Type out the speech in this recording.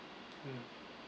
mm